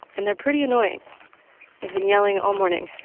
and they're pretty annoying. they've been yelling all morning